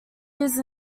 used